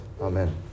amen